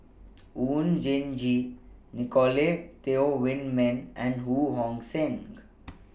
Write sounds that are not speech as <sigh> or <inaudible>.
<noise> Oon Jin Gee Nicolette Teo Wei Min and Ho Hong Sing